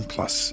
Plus